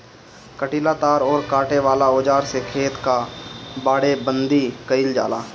कंटीला तार अउरी काटे वाला औज़ार से खेत कअ बाड़ेबंदी कइल जाला